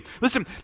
listen